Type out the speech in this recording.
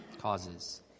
causes